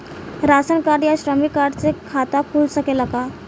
Ration card या श्रमिक card से खाता खुल सकेला का?